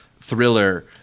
thriller